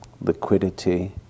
liquidity